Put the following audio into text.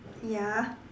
ya